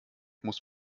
muss